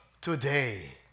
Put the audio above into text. today